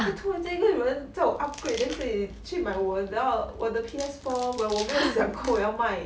突然间有人叫我 upgrade then 自己去买我的等下我的 P_S four when 我没有想过